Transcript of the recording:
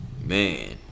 Man